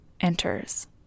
enters